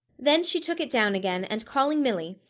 then she took it down again and calling milly,